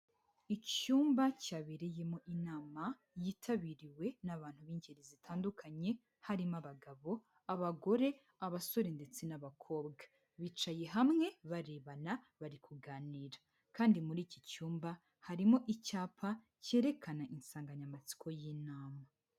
Icyumba cyabereyemo inama yitabiriwe n'abantu b'ingeri zitandukanye harimo abagabo, abagore, abasore ndetse n'abakobwa, bicaye hamwe barebana bari kuganira kandi muri iki cyumba harimo icyapa cyerekana insanganyamatsiko y'inama.